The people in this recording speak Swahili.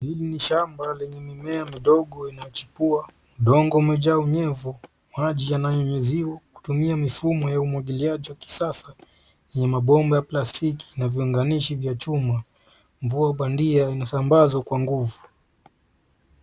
Hili ni shamba lenye mimea midogo inachipua. Udongo umejaa unyevu. Maji yananyunyiziwa kutumia mifumo ya umwagiliaji wa kisasa, yenye mabomba ya plastiki na viunganishi vya chuma. Mvua bandia inasambazwa kwa nguvu.